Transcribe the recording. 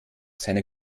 seiner